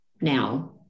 Now